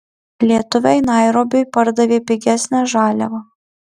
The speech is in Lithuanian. lietuviai nairobiui pardavė pigesnę žaliavą